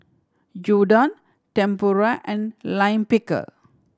Gyudon Tempura and Lime Pickle